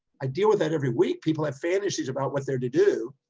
i deal with that every week. people have fantasies about what they're to do,